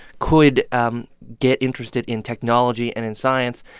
could um get interested in technology and in science.